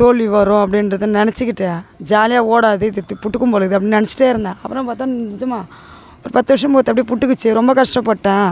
தோல்வி வரும் அப்படின்றத நினச்சிக்கிட்டேன் ஜாலியாக ஓடாது இது து பிட்டுக்கு போல் இருக்குது அப்படின்னு நினச்சிட்டே இருந்தேன் அப்புறம் பார்த்தா நிஜமா ஒரு பத்து வருஷம் பொறுத்து அப்படியே பிட்டுக்குச்சி ரொம்ப கஷ்டப்பட்டேன்